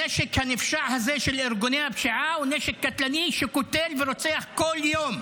הנשק הנפשע הזה של ארגוני הפשיעה הוא נשק קטלני שקוטל ורוצח בכל יום.